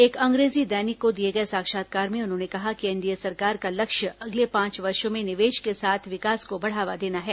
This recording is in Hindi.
एक अंग्रेजी दैनिक को दिए गए साक्षात्कार में उन्होंने कहा कि एनडीए सरकार का लक्ष्य अगले पांच वर्षों में निवेश के साथ विकास को बढ़ावा देना है